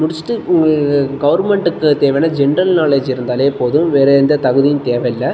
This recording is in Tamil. முடிச்சுட்டு உங்கள் இது கவர்மெண்ட்டுக்கு தேவையான ஜென்ரல் நாலேஜ் இருந்தாலே போதும் வேறு எந்த தகுதியும் தேவையில்லை